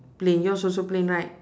plain yours also plain right